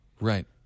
Right